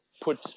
put